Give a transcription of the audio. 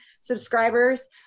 subscribers